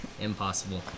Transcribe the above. impossible